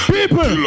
People